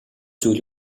зүйл